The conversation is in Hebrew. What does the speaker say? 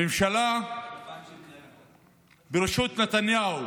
הממשלה בראשות נתניהו